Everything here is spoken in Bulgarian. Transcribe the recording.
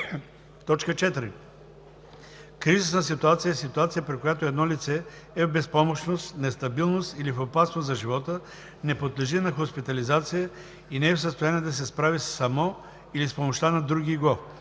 4. „Кризисна ситуация“ е ситуация, при която едно лице е в безпомощност, нестабилност или в опасност за живота, не подлежи на хоспитализация и не е в състояние да се справи само или с помощта на другиго.